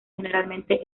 generalmente